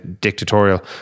dictatorial